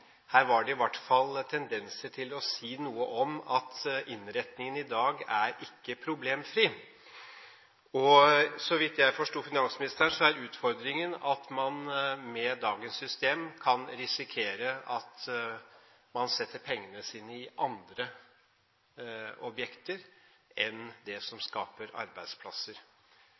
her – det var et saklig innlegg, for det var i hvert fall tendenser til å si noe om at innretningen i dag ikke er problemfri. Så vidt jeg forsto finansministeren, er utfordringen at man med dagens system kan risikere at man setter pengene sine i andre objekter enn i dem som skaper arbeidsplasser.